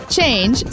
Change